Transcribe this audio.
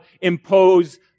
impose